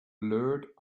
blurt